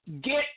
get